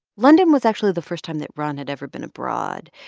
london was actually the first time that ron had ever been abroad.